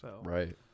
Right